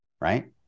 right